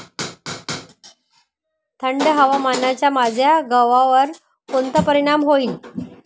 थंड हवामानाचा माझ्या गव्हावर कोणता परिणाम होईल?